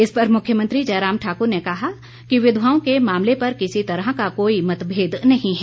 इस पर मुख्यमंत्री जय राम ठाकुर ने कहा कि विधवाओ के मामले पर किसी तरह का कोई मतभेद नही है